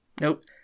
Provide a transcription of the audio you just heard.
nope